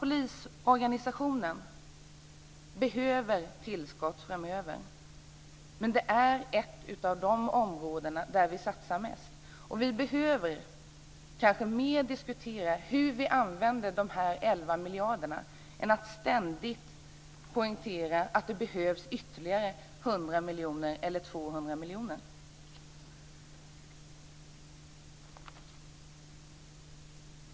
Polisorganisationen behöver tillskott framöver, men det är ett av de områden som vi satsar mest på.